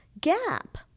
gap